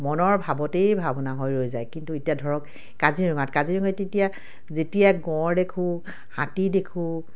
মনৰ ভাৱতেই ভাৱনা হৈ ৰৈ যায় কিন্তু এতিয়া ধৰক কাজিৰঙাত কাজিৰঙাত এতিয়া যেতিয়া গঁড় দেখোঁ হাতী দেখোঁ